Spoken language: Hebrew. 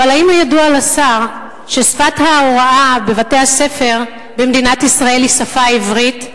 האם ידוע לשר ששפת ההוראה בבתי-הספר במדינת ישראל היא השפה העברית,